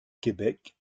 québec